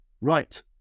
right